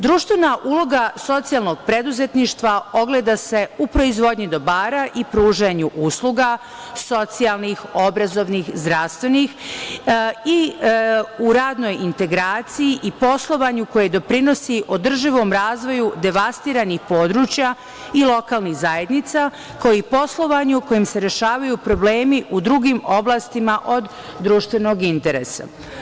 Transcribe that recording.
Društvena uloga socijalnog preduzetništva ogleda se u proizvodnji dobara i pružanju usluga, socijalnih, obrazovnih, zdravstvenih i u radnoj integraciji i poslovanju koje doprinosi održivom razvoju devastiranih područja i lokalnih zajednica, kao i poslovanju kojim se rešavaju problemi u drugim oblastima od društvenog interesa.